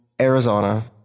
Arizona